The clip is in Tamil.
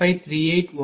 5538180